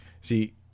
See